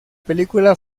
película